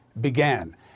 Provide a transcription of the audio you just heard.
began